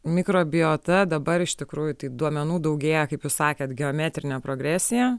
mikrobiota dabar iš tikrųjų tai duomenų daugėja kaip jūs sakėt geometrine progresija